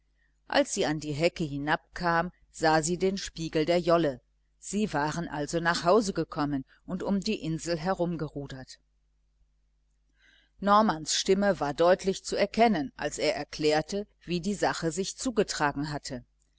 als sie an die hecke hinabkam sah sie den spiegel der jolle sie waren also nach hause gekommen und um die insel herumgerudert normans stimme war deutlich zu erkennen als er erklärte wie die sache sich zugetragen hatte